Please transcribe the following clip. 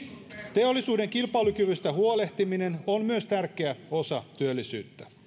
teollisuuden kilpailukyvystä huolehtiminen on myös tärkeä osa työllisyyttä